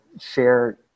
share